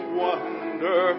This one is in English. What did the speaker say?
wonder